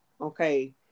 okay